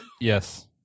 Yes